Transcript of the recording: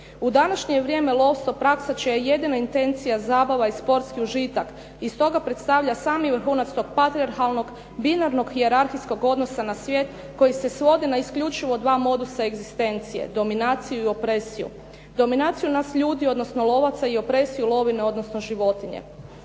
U današnje je vrijeme lovstvo praksa čija je jedina intencija zabava i sportski užitak. I stoga predstavlja sami vrhunac tog partrijahalnog, binarnog, hijerarhijskog odnosa na svijet koji se svodi na isključivo dva modusa egzistencije, dominaciju i opresiju. Dominaciju nas ljudi odnosno lovaca i opresiju lovine, odnosno životinje.